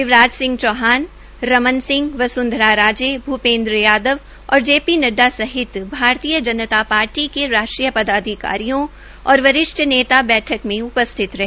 शिवराज चौहान रमन सिंह वस्ंधरा राजे कैलाश विजयवर्गीय भूपेन्द्र यादव और J P Nadda सहित Bharatiya Janata Party के राष्ट्रीय पदाधिकारी और वरिष्ठ नेता बैठक में उपस्थित रहे